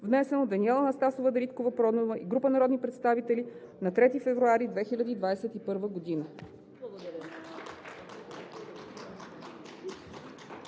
внесен от Даниела Анастасова Дариткова-Проданова и група народни представители на 3 февруари 2021 г.“